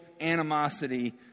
animosity